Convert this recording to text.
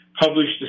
published